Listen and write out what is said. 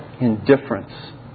indifference